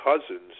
cousins